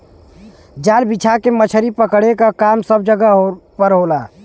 जाल बिछा के मछरी पकड़े क काम सब जगह पर होला